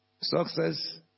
success